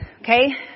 okay